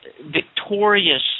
victorious